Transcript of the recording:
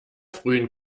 frühen